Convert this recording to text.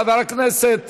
חבר הכנסת